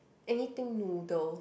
anything noodles